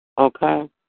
Okay